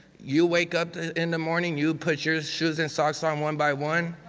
you wake up in the morning, you put your shoes and socks on one by one,